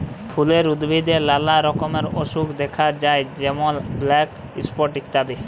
ফুলের উদ্ভিদে লালা রকমের অসুখ দ্যাখা যায় যেমল ব্ল্যাক স্পট ইত্যাদি